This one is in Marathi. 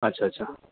अच्छा अच्छा